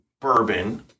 bourbon